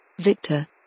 Victor